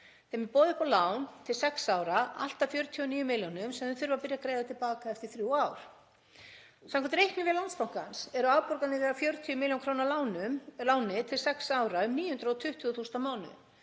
Þeim er boðið upp á lán til sex ára, allt að 49 milljónum, sem þau þurfa að byrja að greiða til baka eftir þrjú ár. Samkvæmt reiknivél Landsbankans eru afborganir af 40 millj. kr. láni til sex ára um 920.000 kr.